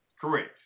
Correct